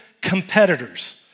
competitors